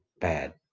bad